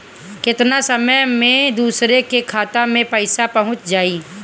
केतना समय मं दूसरे के खाता मे पईसा पहुंच जाई?